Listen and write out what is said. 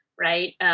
right